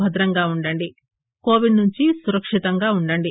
భద్రంగా ఉండండి కోవిడ్ నుంచి సురక్షితంగా ఉండండి